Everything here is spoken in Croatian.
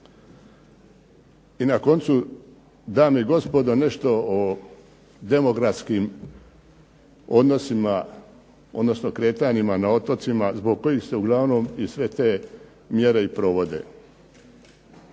I na koncu, dame i gospodo nešto o demografskim odnosima, odnosno kretanjima na otocima zbog kojih se uglavnom i sve te mjere i provode.